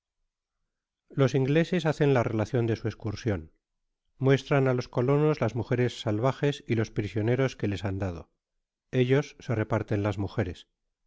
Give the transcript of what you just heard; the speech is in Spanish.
los ingleses hacen la relacion de su es cursion muestran á los colonos las mujeres salvajes y los prisioneros que les han dado ellos se repar ten jas mujeres